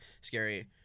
scary